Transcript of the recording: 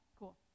cool